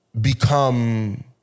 become